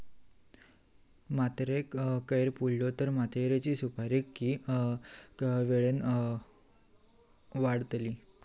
मातयेत कैर पुरलो तर मातयेची सुपीकता की वेळेन वाडतली?